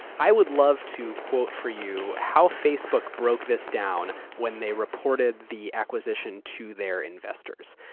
i would love to quote for you how facebook broke this down when they reported the acquisition to their investors,